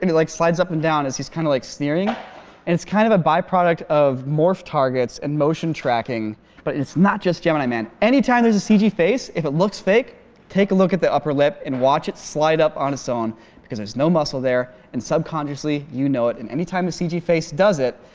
like slides up and down is he's kind of like sneering and it's kind of a byproduct of morph targets and motion tracking but it's not just gemini man. anytime there's a cg face if it looks fake take a look at the upper lip and watch it slide up on its own because there's no muscle there and subconsciously, you know it and anytime the cg face does it,